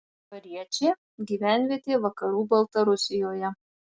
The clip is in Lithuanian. pariečė gyvenvietė vakarų baltarusijoje